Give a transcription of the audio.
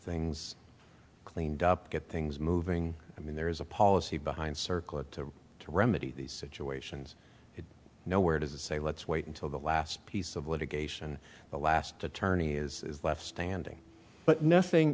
things cleaned up get things moving i mean there is a policy behind circlip to remedy these situations no where does it say let's wait until the last piece of litigation the last attorney is left standing but nothing